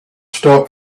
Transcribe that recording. stop